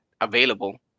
available